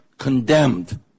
Condemned